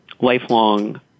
lifelong